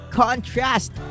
contrast